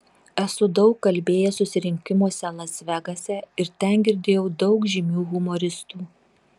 esu daug kalbėjęs susirinkimuose las vegase ir ten girdėjau daug žymių humoristų